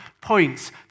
points